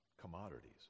commodities